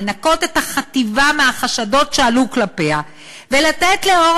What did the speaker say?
לנקות את החטיבה מהחשדות שעלו כלפיה ולתת לאור